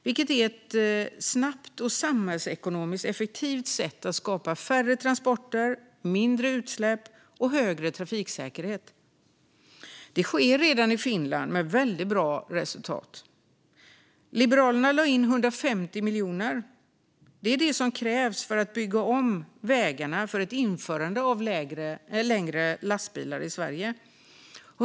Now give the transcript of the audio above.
Det är ett snabbt och samhällsekonomiskt effektivt sätt att skapa färre transporter, mindre utsläpp och högre trafiksäkerhet. Detta sker redan i Finland med väldigt bra resultat. Liberalerna lade in 150 miljoner. Det är detta som krävs för att bygga om vägarna för ett införande av längre lastbilar i Sverige.